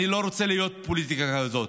אני לא רוצה פוליטיקה כזאת.